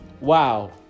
Wow